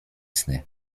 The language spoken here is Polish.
sny